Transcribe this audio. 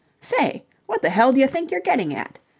say, what the hell d'ya think you're getting at?